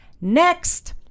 next